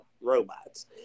robots